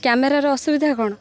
କ୍ୟାମେରାର ଅସୁବିଧା କ'ଣ